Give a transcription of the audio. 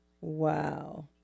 Wow